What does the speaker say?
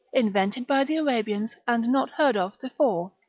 invented by the arabians, and not heard of before.